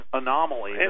anomaly